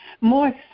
more